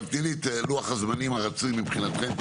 תני לי את לוח הזמנים הרצוי מבחינתכם,